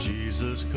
Jesus